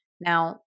Now